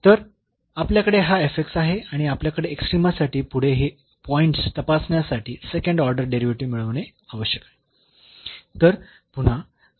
तर आपल्याकडे हा आहे आणि आपल्याला एक्स्ट्रीमासाठी पुढे हे पॉईंट्स तपासण्यासाठी सेकंड ऑर्डर डेरिव्हेटिव्ह मिळविणे आवश्यक आहे